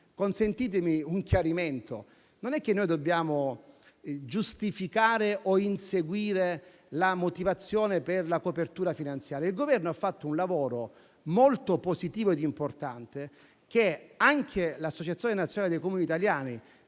consentirmi un chiarimento: noi non dobbiamo giustificare o inseguire la motivazione per la copertura finanziaria. Il Governo ha fatto un lavoro molto positivo ed importante che anche l'Associazione nazionale dei Comuni italiani